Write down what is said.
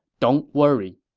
don't worry.